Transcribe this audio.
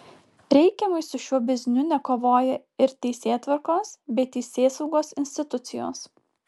reikiamai su šiuo bizniu nekovoja ir teisėtvarkos bei teisėsaugos institucijos